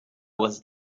was